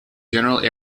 general